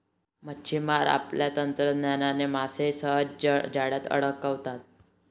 मच्छिमार आपल्या तंत्रज्ञानाने मासे सहज जाळ्यात अडकवतात